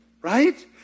right